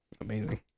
Amazing